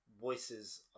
voices